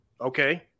Okay